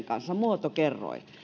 kanssa